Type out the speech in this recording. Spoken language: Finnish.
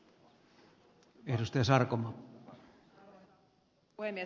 arvoisa puhemies